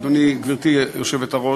גברתי היושבת-ראש,